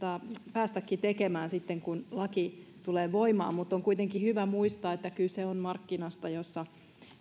päästä tekemään sitten kun laki tulee voimaan mutta on kuitenkin hyvä muistaa että kyse on markkinasta jossa ei